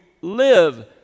live